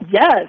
Yes